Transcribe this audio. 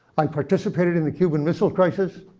i participated in the cuban missile crisis.